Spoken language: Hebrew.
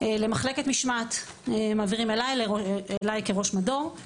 למחלקת משמעת אליי כראש מדור.